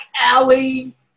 alley